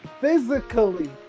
physically